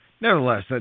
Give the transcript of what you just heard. Nevertheless